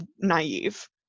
naive